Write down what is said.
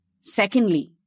Secondly